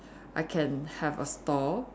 I can have a stall